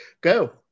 Go